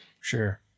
Sure